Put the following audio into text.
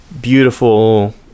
beautiful